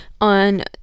on